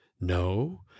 No